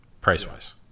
price-wise